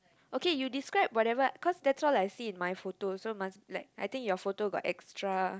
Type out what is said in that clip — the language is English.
okay you describe whatever cause that's all I see in my photo so must let I think your photo got extra